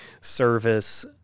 service